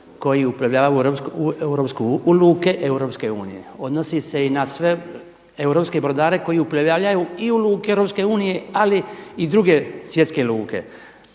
koji uplovljavaju u luke Europske unije, odnosi se i na sve europske brodare koji uplovljavaju i u luke Europske unije ali i druge svjetske luke,